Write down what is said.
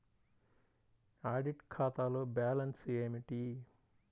Audit ఖాతాలో balance ఏమిటీ?